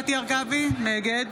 נגד